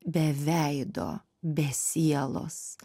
be veido be sielos